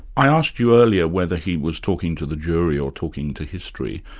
i asked you earlier whether he was talking to the jury or talking to history,